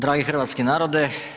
Dragi hrvatski narode.